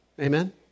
Amen